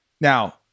Now